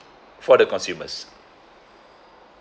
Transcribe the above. for the consumers